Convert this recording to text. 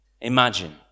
Imagine